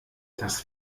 das